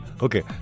Okay